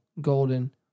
golden